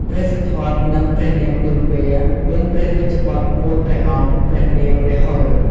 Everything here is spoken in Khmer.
ព្រះសិទ្ធត្ថ និងព្រះនាងពិម្ពា មានព្រះរាជបុត្រមួយព្រះអង្គព្រះនាម រាហុល។